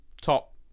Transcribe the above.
top